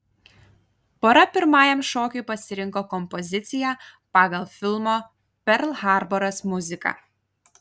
pora pirmajam šokiui pasirinko kompoziciją pagal filmo perl harboras muziką